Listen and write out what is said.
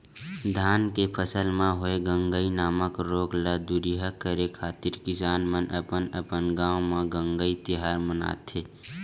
धान के फसल म होय गंगई नामक रोग ल दूरिहा करे खातिर किसान मन अपन अपन गांव म गंगई तिहार मानथे